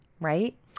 right